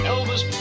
Elvis